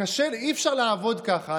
אי-אפשר לעבוד ככה.